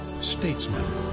statesman